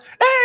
hey